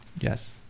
Yes